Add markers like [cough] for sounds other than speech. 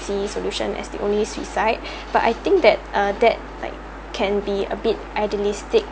see solutions as the only suicide [breath] but I think that uh that like can be a bit idealistic